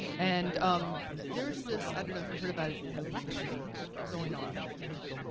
and um there's this, i don't know if you've heard about it, an election going on right now.